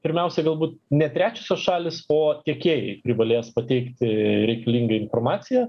pirmiausiai galbūt ne trečiosios šalys o tiekėjai privalės pateikti reikalingą informaciją